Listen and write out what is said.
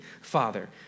father